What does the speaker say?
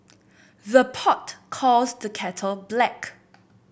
the pot calls the kettle black